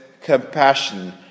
compassion